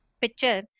picture